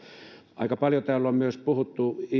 aika paljon täällä on on myös puhuttu